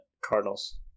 Cardinals